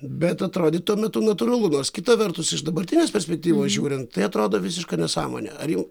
bet atrodė tuo metu natūralu nors kita vertus iš dabartinės perspektyvos žiūrint tai atrodo visiška nesąmonė ar jau